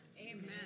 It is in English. Amen